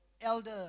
elder